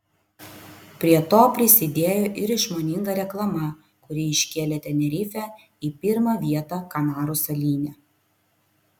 prie to prisidėjo ir išmoninga reklama kuri iškėlė tenerifę į pirmą vietą kanarų salyne